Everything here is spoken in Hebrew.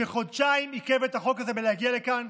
שחודשיים עיכב את החוק הזה מלהגיע לכאן,